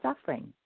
Suffering